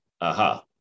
aha